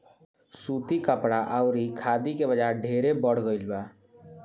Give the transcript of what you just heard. सूती कपड़ा अउरी खादी के बाजार ढेरे बढ़ गईल बा